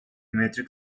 metric